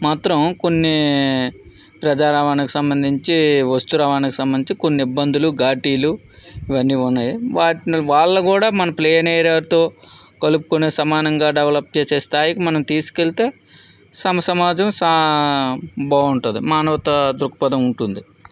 మాత్రం కొన్ని ప్రజా రవాణాకి సంబంధించి వస్తు రవాణాకి సంబంధించి కొన్ని ఇబ్బందులు ఘాటీలు ఇవన్నీ ఉన్నాయి వాళ్ళు కూడా మన ప్లైన్ ఏరియాతో కలుపుకొని సమానంగా డెవలప్ చేసే స్థాయికి మనం తీసుకెళితే సమ సమాజం సా బాగుంటుంది మానవతా దృక్పథం ఉంటుంది